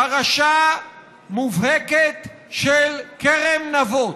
פרשה מובהקת של כרם נבות.